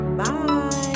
bye